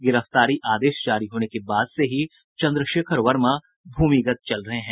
गिरफ्तारी आदेश जारी होने के बाद से ही चंद्रशेखर वर्मा भूमिगत चल रहे हैं